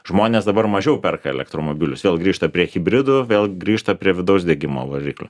žmonės dabar mažiau perka elektromobilius vėl grįžta prie hibridų vėl grįžta prie vidaus degimo variklių